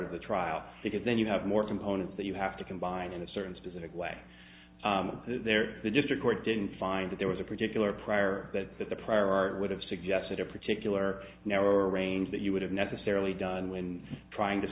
of the trial because then you have more components that you have to combine in a certain specific way there the district court didn't find that there was a particular prior that that the prior art would have suggested a particular narrower range that you would have necessarily done when trying to